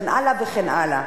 וכן הלאה וכן הלאה,